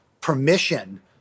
permission